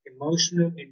emotional